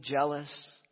jealous